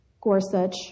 Gorsuch